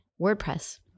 WordPress